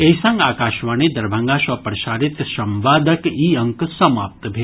एहि संग आकाशवाणी दरभंगा सँ प्रसारित संवादक ई अंक समाप्त भेल